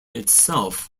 itself